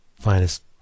finest